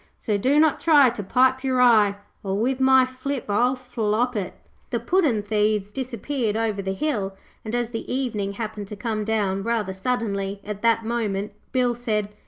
so do not try to pipe your eye, or with my flip i'll flop it the puddin'-thieves disappeared over the hill and, as the evening happened to come down rather suddenly at that moment, bill said,